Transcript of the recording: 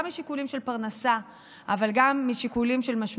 גם משיקולים של פרנסה,